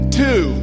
two